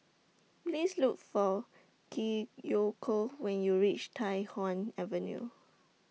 Please Look For Kiyoko when YOU REACH Tai Hwan Avenue